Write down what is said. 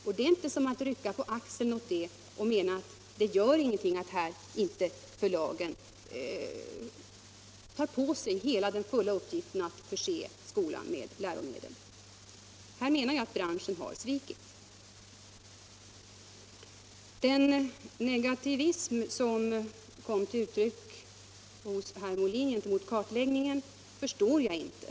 Man kan inte rycka på axlarna åt detta och mena att det gör ingenting att förlagen inte tar på sig den fulla uppgiften att förse skolan med läromedel. Här menar jag att branschen har svikit. Den negativism som kom till uttryck hos herr Molin gentemot kartläggningen förstår jag inte.